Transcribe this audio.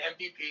MVP